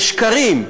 בשקרים,